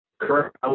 Correct